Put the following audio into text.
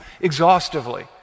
exhaustively